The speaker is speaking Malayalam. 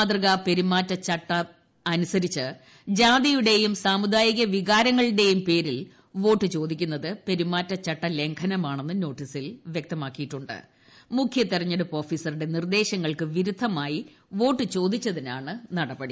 മാതൃകാ പെരുമാറ്റച്ചട്ടമനുസരിച്ച് ജാതിയുടെയും സാമുദായിക വികാരങ്ങളുടെയും പേരിൽ വോട്ട് ചോദിക്കുന്നത് പെരുമാറ്റച്ചട്ട ലംഘനമാണെന്ന് നോട്ടീസിൽ വ്യക്തമാക്കിിം മുഖ്യ തെരഞ്ഞെടുപ്പ് ഓഫീസറുടെ നിർദേശങ്ങൾക്ക് പൂർ വിരുദ്ധമായി വോട്ടു ചോദിച്ചതിനാണ് നടപടി